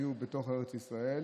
היו בתוך ארץ ישראל,